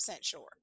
sure